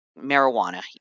marijuana